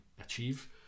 achieve